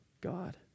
God